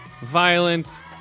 Violent